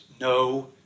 no